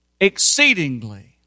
exceedingly